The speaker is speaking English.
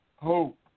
Hope